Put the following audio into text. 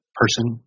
person